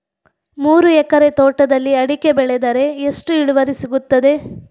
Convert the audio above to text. ಮೂರು ಎಕರೆ ತೋಟದಲ್ಲಿ ಅಡಿಕೆ ಬೆಳೆದರೆ ಎಷ್ಟು ಇಳುವರಿ ಸಿಗುತ್ತದೆ?